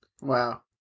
Wow